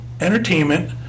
entertainment